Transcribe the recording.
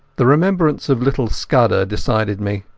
the remembrance of little scudder decided me.